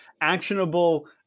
actionable